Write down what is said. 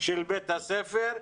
של בית הספר,